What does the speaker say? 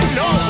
no